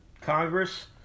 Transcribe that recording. Congress